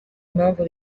impamvu